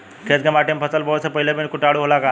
खेत के माटी मे फसल बोवे से पहिले भी किटाणु होला का?